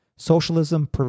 Socialism